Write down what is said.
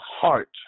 heart